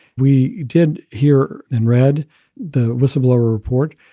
we did hear and read the whistleblower report,